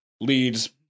leads